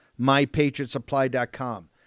MyPatriotSupply.com